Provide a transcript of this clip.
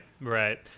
right